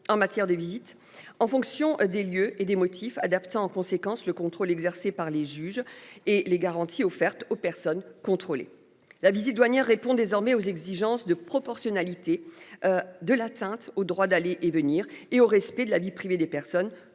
en matière des visites en fonction des lieux et des motifs adaptant en conséquence le contrôle exercé par les juges et les garanties offertes aux personnes contrôlées. La visite douanières répond désormais aux exigences de proportionnalité. De l'atteinte au droit d'aller et venir et au respect de la vie privée des personnes